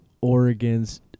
Oregon's